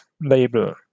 label